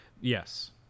Yes